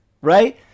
right